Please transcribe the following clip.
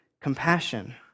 compassion